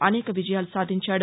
అనేక విజయాలు సాధించాడు